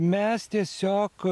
mes tiesiog